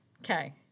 okay